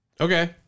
Okay